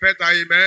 amen